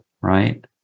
right